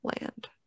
Land